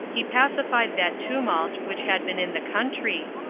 he pacified that tumult which had been in the country,